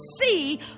see